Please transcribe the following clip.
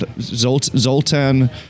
Zoltan